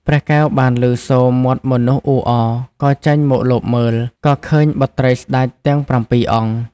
ព្រះកែវបានឮសូរមាត់មនុស្សអ៊ូអរក៏ចេញមកលបមើល ក៏ឃើញបុត្រីស្ដេចទាំងប្រាំពីរអង្គ។